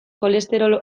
kolesterol